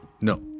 No